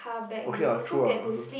okay ah true ah I also